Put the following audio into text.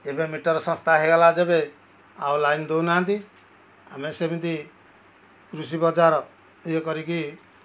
ଏବେ ମିଟର୍ ସଂସ୍ଥା ହେଇଗଲା ଯେବେ ଆଉ ଲାଇନ୍ ଦେଉନାହାଁନ୍ତି ଆମେ ସେମିତି କୃଷି ବଜାର ଇଏ କରିକି